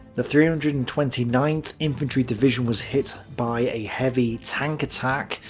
the three hundred and twenty ninth infantry division was hit by a heavy tank attack.